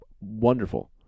wonderful